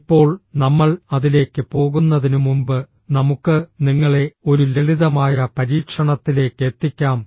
ഇപ്പോൾ നമ്മൾ അതിലേക്ക് പോകുന്നതിനുമുമ്പ് നമുക്ക് നിങ്ങളെ ഒരു ലളിതമായ പരീക്ഷണത്തിലേക്ക് എത്തിക്കാം